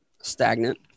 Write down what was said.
stagnant